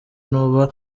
nuba